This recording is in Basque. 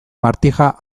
martija